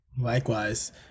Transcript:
Likewise